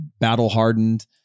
battle-hardened